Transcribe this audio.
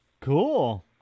Cool